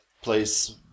place